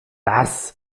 das